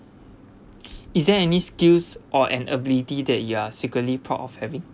is there any skills or an ability that you are secretly proud of having